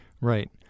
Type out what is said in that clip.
Right